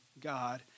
God